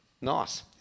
Nice